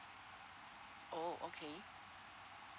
oh okay